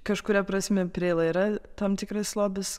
kažkuria prasme preila yra tam tikras lobis